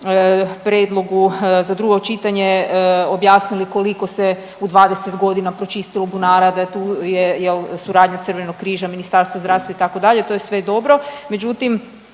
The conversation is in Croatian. prijedlogu za drugo čitanje objasnili koliko se u 20.g. pročistilo bunara, da je tu je jel suradnja Crvenog križa, Ministarstva zdravstva itd., to je sve dobro,